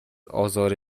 آزار